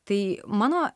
tai mano